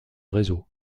réseau